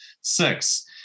six